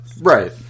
Right